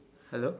hello